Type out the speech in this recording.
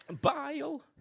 Bile